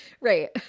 right